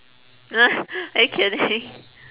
are you kidding